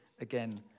again